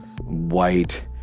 white